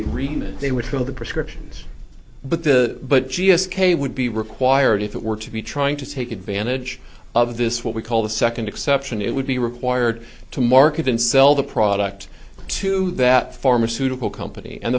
agreement they were two of the prescriptions but the but g s k would be required if it were to be trying to take advantage of this what we call the second exception it would be required to market and sell the product to that pharmaceutical company and